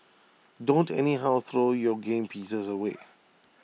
don't anyhow throw your game pieces away